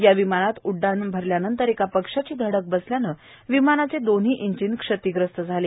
या विमानात उड्डाण भरल्यानंतर एका पक्ष्याची धडक बसल्यानं विमानाचे दोन्ही इंजीन क्षतीग्रस्त झाले